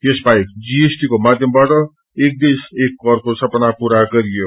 यसबाहेक जीएसटि को माध्यमबाट एक देश एक करको सपना पूरा गरियो